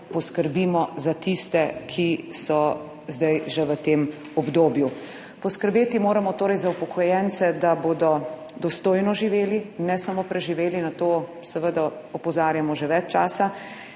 poskrbimo za tiste, ki so zdaj že v tem obdobju. Poskrbeti moramo torej za upokojence, da bodo dostojno živeli, ne samo preživeli, na to seveda opozarjamo že več časa